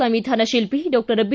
ಸಂವಿಧಾನ ಶಿಲ್ಪಿ doctor B